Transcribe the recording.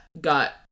got